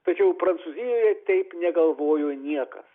tačiau prancūzijoje taip negalvojo niekas